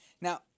Now